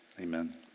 Amen